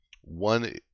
One